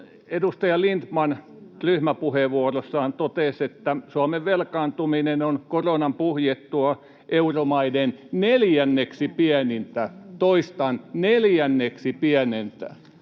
Edustaja Lindtman ryhmäpuheenvuorossaan totesi, että Suomen velkaantuminen on koronan puhjettua euromaiden neljänneksi pienintä. Toistan: neljänneksi pienintä.